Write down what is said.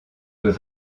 peut